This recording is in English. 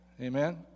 Amen